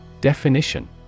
Definition